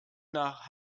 nach